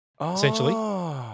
essentially